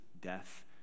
death